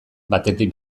batetik